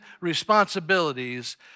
responsibilities